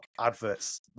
adverts